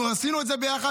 אנחנו עשינו את זה ביחד,